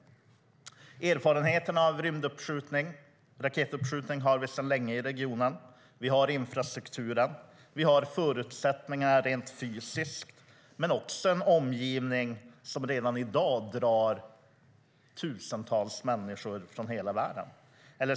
Erfarenheten av raketuppskjutning har vi sedan länge i regionen. Vi har infrastrukturen. Vi har förutsättningar rent fysiskt men också en omgivning som redan i dag drar tusentals människor från hela världen.